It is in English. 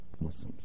Muslims